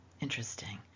interesting